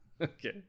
Okay